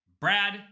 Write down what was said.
Brad